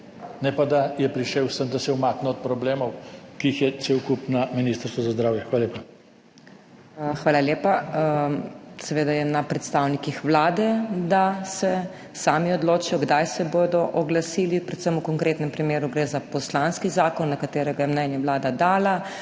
Ne pa, da je prišel sem, da se umakne od problemov, ki jih je cel kup na Ministrstvu za zdravje. Hvala lepa. **PODPREDSEDNICA MAG. MEIRA HOT:** Hvala lepa. Seveda je na predstavnikih Vlade, da se sami odločijo kdaj se bodo oglasili. Predvsem v konkretnem primeru gre za poslanski zakon, na katerega je mnenje Vlada dala,